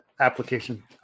application